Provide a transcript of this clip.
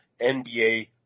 NBA